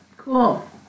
Cool